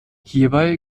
hierbei